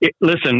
listen